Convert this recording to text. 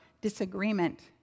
disagreement